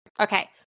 Okay